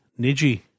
Niji